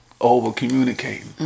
Over-communicating